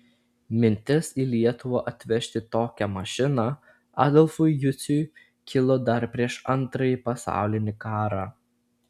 mintis į lietuvą atvežti tokią mašiną adolfui juciui kilo dar prieš antrąjį pasaulinį karą